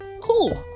cool